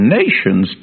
nations